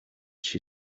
she